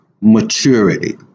maturity